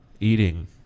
Eating